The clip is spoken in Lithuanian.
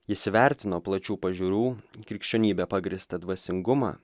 jis įvertino plačių pažiūrų krikščionybe pagrįstą dvasingumą